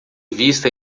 vista